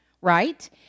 right